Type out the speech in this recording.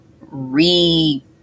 re